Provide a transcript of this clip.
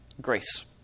Grace